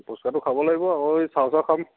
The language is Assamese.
ফুচকাটো খাব লাগিব আকৌ এই চাওচাও খাম